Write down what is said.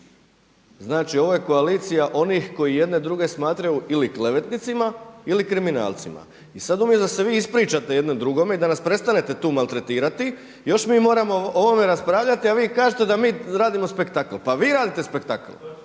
Znači ovo je koalicija onih koji jedne druge smatraju ili klevetnicima ili kriminalcima i sada umjesto da se vi ispričate jedni drugome i da nas prestanete tu maltretirati još mi moramo o ovome raspravljati, a vi kažete da mi radimo spektakl. Pa vi radite spektakl.